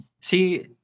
See